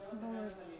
ବହୁତ